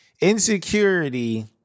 Insecurity